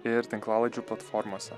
ir tinklalaidžių platformose